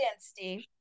Steve